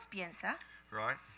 Right